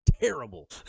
terrible